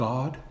God